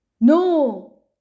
No